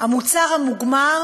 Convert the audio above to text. המוצר המוגמר